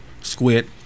Squid